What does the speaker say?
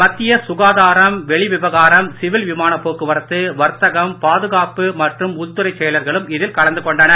மத்திய சுகாதாரம் வெளிவிவகாரம் சிவில் விமானப் போக்குவரத்து வர்த்தகம் பாதுகாப்பு மற்றும் உள்துறைச் செயலர்களும் இதில் கலந்து கொண்டனர்